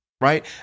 right